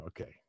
Okay